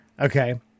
Okay